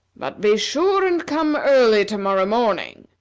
but be sure and come early to-morrow morning,